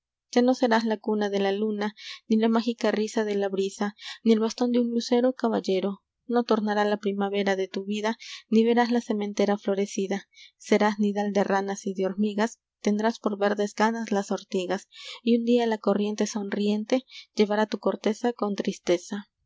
ya no serás la cuna de la luna ni la mágica risa de la brisa ni el bastón de un lucero caballero no tornará la primavera de tu vida ni verás la sementera florecida serás nidal de ranas y de hormigas tendrás por verdes canas las ortigas y un día la corriente sonriente llevará tu corteza con tristeza